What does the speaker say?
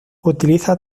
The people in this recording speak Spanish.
utiliza